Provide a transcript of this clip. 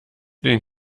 den